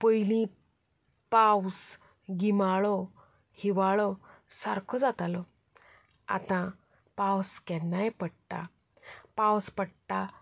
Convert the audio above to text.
पयलीं पावस गिमाळो हिंवाळो सारको जातालो आतां पावस केन्नाय पडटा पावस पडटा